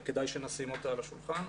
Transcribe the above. וכדאי שנשים אותה על השולחן.